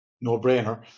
no-brainer